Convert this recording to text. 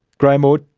graeme orr,